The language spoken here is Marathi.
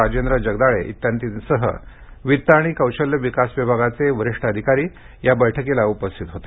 राजेंद्र जगदाळे आदींसह वित्त आणि कौशल्य विकास विभागाचे वरिष्ठ अधिकारी या बैठकीला उपस्थित होते